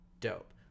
dope